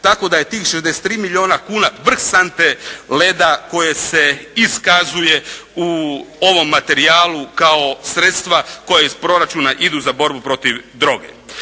tako da je tih 63 milijuna kuna vrh sante leda koje se iskazuje u ovom materijalu kao sredstva koja iz proračuna idu za borbu protiv droge.